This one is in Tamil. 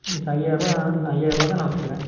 மிச்சம் ஐயாயிரரூபா இந்த ஐயாயிரரூபா தான் நான் வச்சுக்கிறேன்